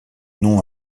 nom